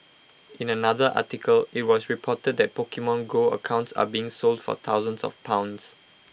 in another article IT was reported that Pokemon go accounts are being sold for thousands of pounds